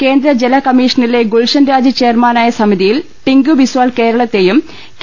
കേന്ദ്ര ജല കമ്മീഷനിലെ ഗുൽഷൻരാജ് ചെയർമാനായ സമിതിയിൽ ടിങ്കു ബിസ്വാൾ കേരളത്തെയും കെ